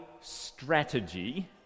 strategy